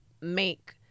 make